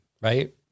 right